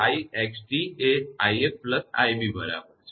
ixt એ 𝑖𝑓𝑖𝑏 બરાબર છે